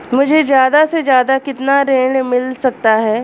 मुझे ज्यादा से ज्यादा कितना ऋण मिल सकता है?